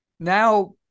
now